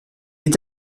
est